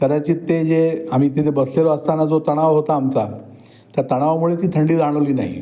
कदाचित ते जे आम्ही तिथे बसलेलो असताना जो तणाव होता आमचा त्या तणावामुळे ती थंडी जाणवली नाही